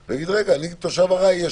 הוא יגיד: אני תושב ארעי.